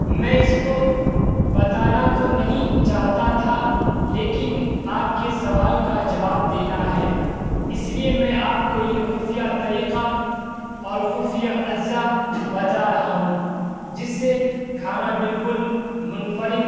میں اس کو بتانا تو نہیں چاہتا تھا لیکن آپ کے سوال کا جواب دینا ہے اس لیے میں آپ کو یہ خفیہ طریقہ اور خفیہ اجزا بتا رہا ہوں جس سے کھانا بلکل منفرد